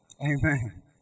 Amen